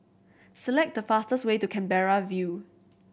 select the fastest way to Canberra View